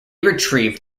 retrieved